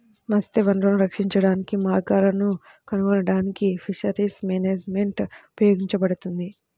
మత్స్య వనరులను రక్షించడానికి మార్గాలను కనుగొనడానికి ఫిషరీస్ మేనేజ్మెంట్ ఉపయోగపడుతుంది